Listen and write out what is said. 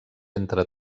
entre